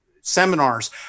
seminars